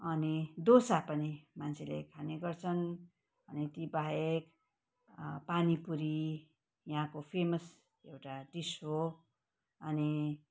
अनि डोसा पनि मान्छेले खाने गर्छन् अनि ति बाहेक पानीपुरी यहाँको फेमस एउटा डिस हो अनि